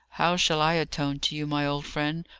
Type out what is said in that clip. how shall i atone to you, my old friend,